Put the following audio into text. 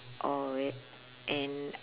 or wait and